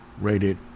rated